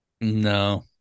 No